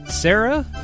Sarah